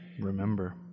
Remember